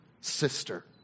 sister